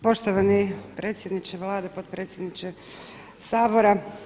Poštovani predsjedniče Vlade, potpredsjedniče Sabora.